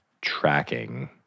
tracking